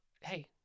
Hey